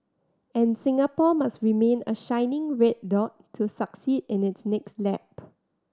and Singapore must remain a shining red dot to succeed in its next lap